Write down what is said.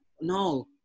No